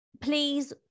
please